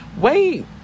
wait